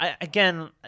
again